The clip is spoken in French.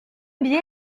bien